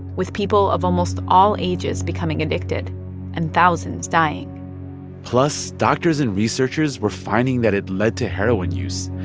with people of almost all ages becoming addicted and thousands dying plus, doctors and researchers were finding that it led to heroin use.